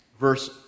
verse